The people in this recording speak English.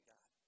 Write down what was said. God